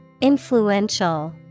Influential